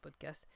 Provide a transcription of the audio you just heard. podcast